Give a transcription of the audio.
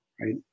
right